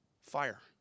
Fire